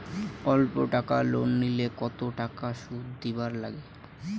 অল্প টাকা লোন নিলে কতো টাকা শুধ দিবার লাগে?